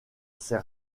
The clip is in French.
ses